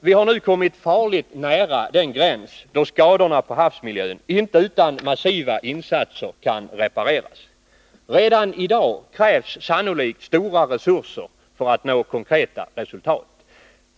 Vi har nu kommit farligt nära den gräns då skadorna på havsmiljön inte utan massiva insatser kan repareras. Redan i dag krävs sannolikt stora resurser för att vi skall kunna nå konkreta resultat.